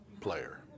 player